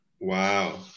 Wow